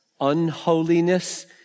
unholiness